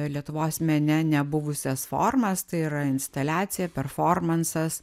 lietuvos mene nebuvusias formas tai yra instaliacija performansas